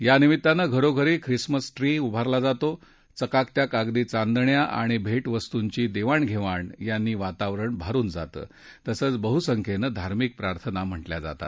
यानिमित्तानं घरोघरी Christmas tree उभारला जातो चकमकत्या कागदी चांदण्या आणि भेट वस्तूंची देवाण घेवाण यांनी वातावरण भारुन जातं तसंच बहुसंख्येनं धार्मिक प्रार्थना म्हटल्या जातात